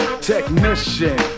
technician